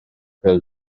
bêl